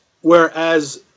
whereas